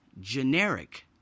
generic